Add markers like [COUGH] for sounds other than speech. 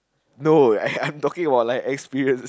no I [LAUGHS] I'm talking about like experience